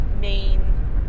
main